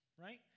right